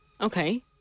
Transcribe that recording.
Okay